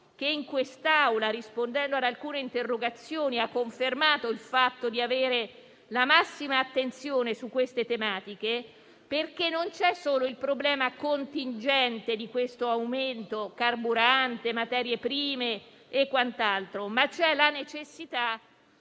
che in quest'Aula, rispondendo ad alcune interrogazioni, ha confermato il fatto di avere la massima attenzione su queste tematiche, perché non c'è solo il problema contingente di questo aumento del prezzo del carburante e delle materie prime, ma c'è la necessità